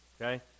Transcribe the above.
Okay